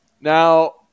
Now